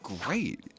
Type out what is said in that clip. great